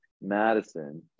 Madison